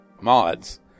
Mods